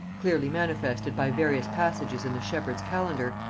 clearly manifested by various passages in the shepherd's calendar,